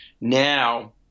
now